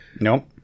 Nope